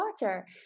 water